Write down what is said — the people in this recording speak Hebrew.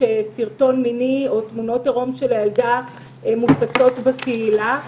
שסרטון מיני או תמונות עירום של הילדה מופצות בקהילה.